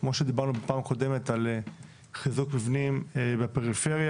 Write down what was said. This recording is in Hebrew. כמו שדיברנו בפעם הקודמת על חיזוק מבנים בפריפריה